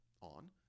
on